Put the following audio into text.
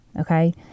Okay